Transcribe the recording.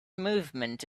movement